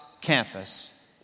campus